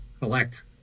collect